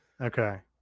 Okay